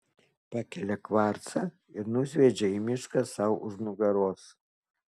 pakelia kvarcą ir nusviedžia į mišką sau už nugaros